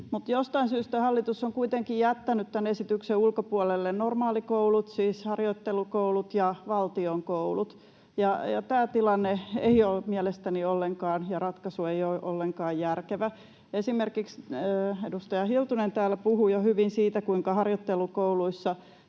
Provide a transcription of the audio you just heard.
jostain syystä hallitus on kuitenkin jättänyt tämän esityksen ulkopuolelle normaalikoulut, siis harjoittelukoulut ja valtion koulut, ja tämä tilanne ja ratkaisu ei ole mielestäni ollenkaan järkevä. Esimerkiksi edustaja Hiltunen täällä puhui jo hyvin siitä, kuinka harjoittelukouluissa